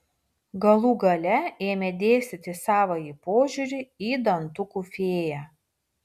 galų gale ėmė dėstyti savąjį požiūrį į dantukų fėją